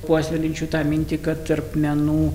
puoselėjančių tą mintį kad tarp menų